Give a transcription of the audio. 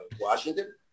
Washington